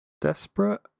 Desperate